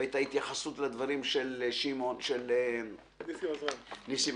ואת ההתייחסות לדברים של ניסים עזרן.